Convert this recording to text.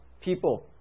people